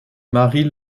marie